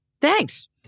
Thanks